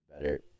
Better